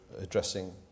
addressing